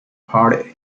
party